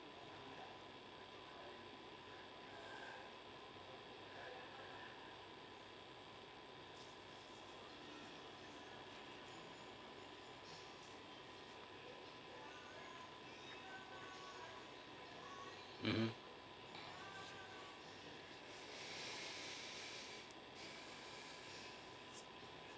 mmhmm